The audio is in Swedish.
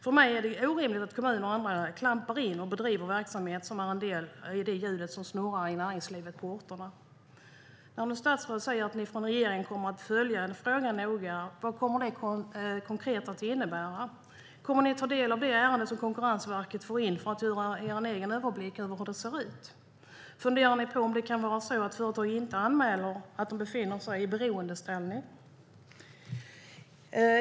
För mig är det orimligt att kommuner och andra klampar in och bedriver verksamhet som är en del i det hjul som snurrar i näringslivet på orterna. När statsrådet nu säger att regeringen kommer att följa frågan noga undrar jag vad det konkret kommer att innebära. Kommer ni att ta del av de ärenden som Konkurrensverket får in för att få en egen överblick över hur det ser ut, Mikael Damberg? Funderar ni på om det kan vara så att företag inte anmäler därför att de befinner sig i beroendeställning?